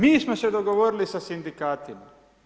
Mi smo se dogovorili sa sindikatima.